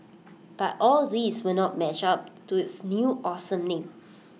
but all these will not match up to its new awesome name